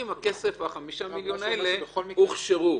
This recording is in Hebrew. אני לא חושב שיש מחלוקת.